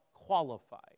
qualified